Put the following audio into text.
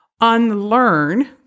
unlearn